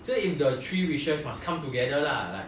so if the three wishes must come together lah like